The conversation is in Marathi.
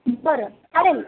बरं चालेल